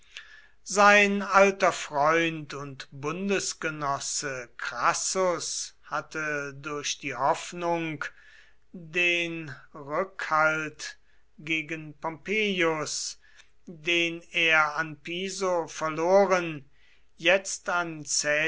sein alter freund und bundesgenosse crassus hatte durch die hoffnung den rückhalt gegen pompeius den er an piso verloren jetzt an